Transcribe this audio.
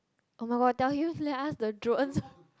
[oh]-my-god tell you leh tell the drone